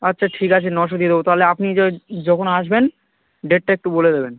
আচ্ছা ঠিক আছে নশো দিয়ে দেবো তাহলে আপনি যখন আসবেন ডেটটা একটু বলে দেবেন